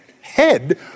head